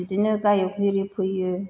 बिदिनो गाय'क एरि फैयो